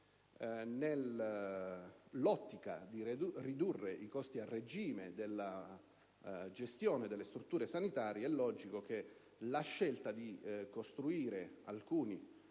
nell'ottica di ridurre i costi a regime della gestione delle strutture sanitarie, è logico che la scelta di costruire alcuni